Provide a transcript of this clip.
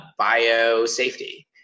biosafety